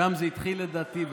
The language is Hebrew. שם זה התחיל לדעתי,